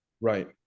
right